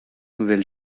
nouvelle